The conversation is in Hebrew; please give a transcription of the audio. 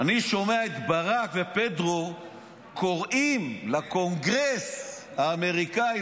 אני שומע את ברק ופרדו קוראים לקונגרס האמריקאי,